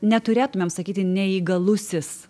neturėtumėm sakyti neįgalusis